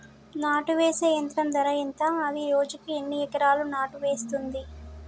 నాటు వేసే యంత్రం ధర ఎంత? అది రోజుకు ఎన్ని ఎకరాలు నాటు వేస్తుంది?